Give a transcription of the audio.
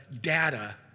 data